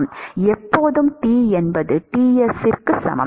எப்போதும் t என்பது Tsக்கு சமம்